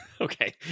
Okay